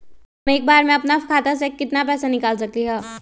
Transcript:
हम एक बार में अपना खाता से केतना पैसा निकाल सकली ह?